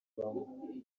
ubamo